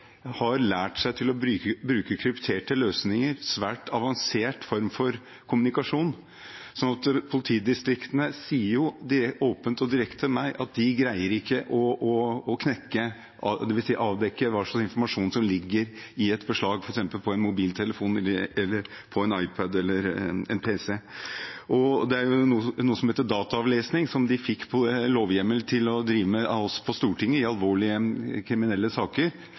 har lært seg til å bruke krypterte løsninger, en svært avansert form for kommunikasjon. Politidistriktene sier jo åpent og direkte til meg at de greier ikke å knekke, dvs. avdekke, hva slags informasjon som ligger i et beslag f.eks. på en mobiltelefon, en iPad eller en pc. Det er noe som heter dataavlesning, som de fikk lovhjemmel til å drive med av oss på Stortinget i alvorlige kriminelle saker